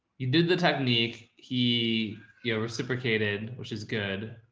you did the technique he yeah reciprocated, which is good.